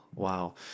Wow